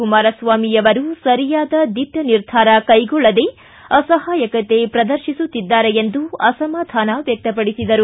ಕುಮಾರಸ್ವಾಮಿ ಅವರು ಸರಿಯಾದ ದಿಟ್ಟ ನಿರ್ಧಾರ ಕೈಗೊಳ್ಳದೇ ಅಸಹಾಯಕತೆ ಪ್ರದರ್ಶಿಸುತ್ತಿದ್ದಾರೆ ಎಂದು ಅಸಮಾಧಾನ ವ್ಯಕ್ತಪಡಿಸಿದರು